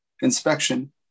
inspection